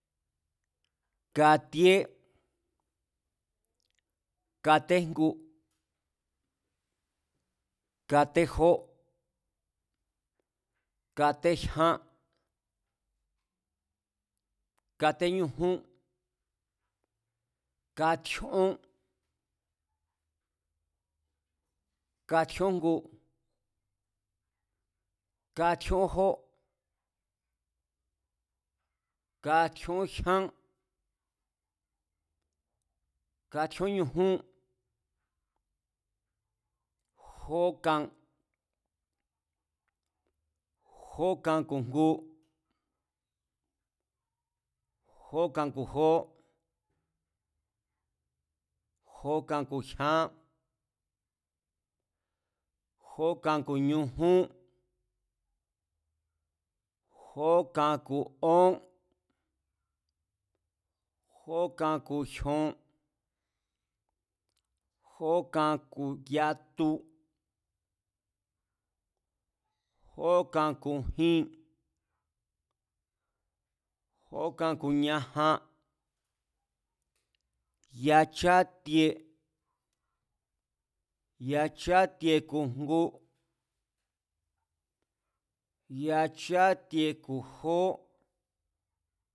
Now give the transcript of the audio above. Katíé, katéjngu, katéjó, katejyán, katéñujún, katjíón, katjíójngu, katjíón jó katjíón jyán, katjíón ñujún, jó kan, jo kan ku̱ jngu, jó kan ku̱ jó, jó kan ku̱ jyán, jó kan ku̱ ñujún, jó kan ku̱ ón, jó kan ku̱ jyon, jó kan ku̱ yatu, jó kan ku̱ jin, jó kan ku̱ ñajan, yachátie, yachatie ku̱ jngu, yachatie ku̱ jó